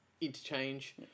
interchange